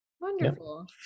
wonderful